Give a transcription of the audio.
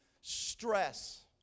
stress